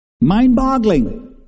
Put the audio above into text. Mind-boggling